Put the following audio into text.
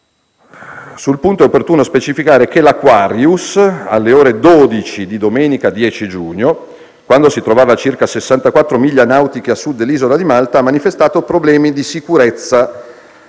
Sul punto è opportuno specificare che la nave Aquarius, alle ore 12 di domenica 10 giugno, quando si trovava a circa 64 miglia nautiche a Sud dell'isola di Malta, ha manifestato problemi di sicurezza